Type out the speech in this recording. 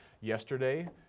yesterday